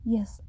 Yes